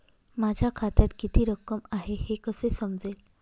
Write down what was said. माझ्या खात्यात किती रक्कम आहे हे कसे समजेल?